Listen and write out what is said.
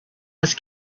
was